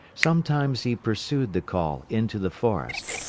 sometimes he pursued the call into the forest,